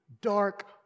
dark